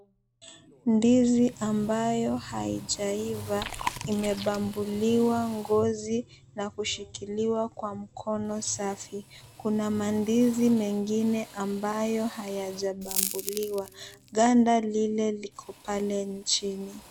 Ndizi ambayo haijaiva, imebambuliwa ngozi na kushikiliwa kwa mkono safi. Kuna mandizi mengine ambayo hayajabambuliwa. Ganda lile liko pale nchini.